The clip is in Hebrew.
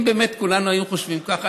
אם באמת כולנו היו חושבים ככה,